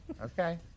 okay